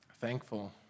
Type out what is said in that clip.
thankful